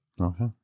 Okay